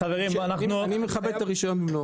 אני מכבד את הרישיון.